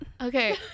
Okay